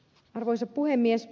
arvoisa puhemies